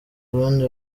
burundi